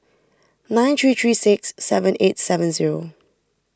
nine three three six seven eight seven zero